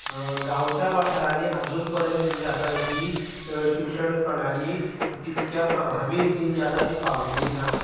गांवच्या वाठारांनी आजून पर्यंत जी आसा ही शिक्षण प्रणाली तितक्या प्रभावी रितीन जी आसा ती पावली ना